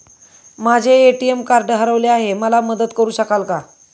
माझे ATM card हरवले आहे, मला मदत करु शकाल का?